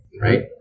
Right